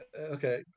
okay